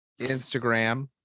Instagram